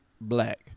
black